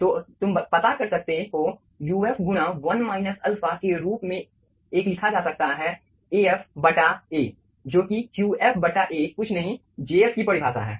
तो तुम पता कर सकते हो uf गुणा 1 माइनस अल्फा के रूप में एक लिखा जा सकता है Af A जो कि Qf A कुछ नहीं jf की परिभाषा है